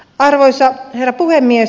arvoisa herra puhemies